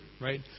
right